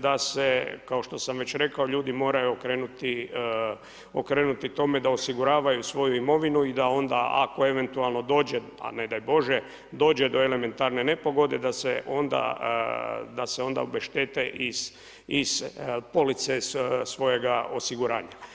da se kao što sam već rekao ljudi moraju okrenuti tome da osiguravaju svoju imovinu i da onda ako eventualno dođe a ne daj Bože dođe do elementarne nepogode da se onda obeštete iz police svojega osiguranja.